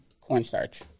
cornstarch